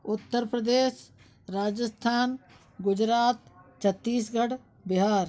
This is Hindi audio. उत्तर प्रदेश राजेस्थान गुजरात छत्तीसगढ़ बिहार